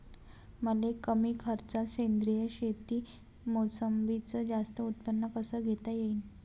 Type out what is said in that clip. मले कमी खर्चात सेंद्रीय शेतीत मोसंबीचं जास्त उत्पन्न कस घेता येईन?